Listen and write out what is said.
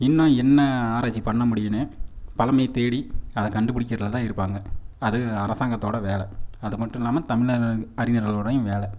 இன்னும் என்ன ஆராய்ச்சி பண்ண முடியும்னு பழைமையை தேடி அதை கண்டு பிடிக்கிறதுல தான் இருப்பாங்க அது அரசாங்கத்தோடய வேலை அது மட்டும் இல்லாமல் தமிழ் அறிஞர்களோடயும் வேலை